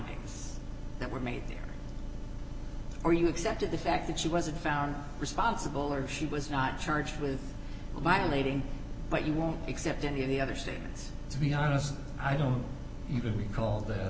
findings that were made there or you accepted the fact that she wasn't found responsible or she was not charged with violating but you won't accept any of the other statements to be honest i don't even recall th